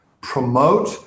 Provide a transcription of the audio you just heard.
promote